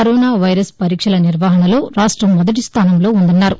corona virus పరీక్షల నిర్వహణలో రాష్టం మొదటి స్థానంలో ఉందన్నారు